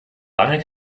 lange